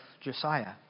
Josiah